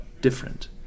different